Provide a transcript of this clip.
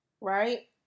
right